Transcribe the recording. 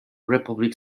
republic